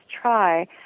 try